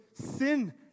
sin